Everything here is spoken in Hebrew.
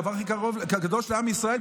הדבר הכי קדוש לעם ישראל,